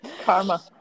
Karma